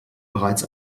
bereits